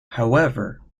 however